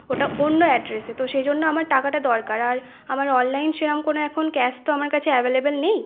ওটা অন্য অ্যাড্রেসে তো সেজন্য আমার টাকাটা দরকার আর আমার অনলাইনে সেরকম কোনো এখন ক্যাশ তো আমার কাছে অ্যাভেলেবল নেই